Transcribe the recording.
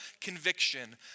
conviction